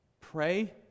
Pray